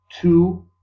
two